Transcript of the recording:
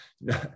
No